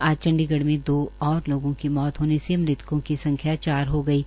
आज चंडीढ़ में दो और लोगों की मौत होने से मृतकों की संख्या चार हो गई है